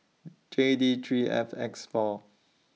J D three F X four